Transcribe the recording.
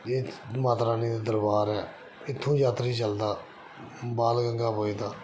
एह् माता रानी दा दरबार ऐ इत्थूं यात्री चलदा बाल गंगा पुजदा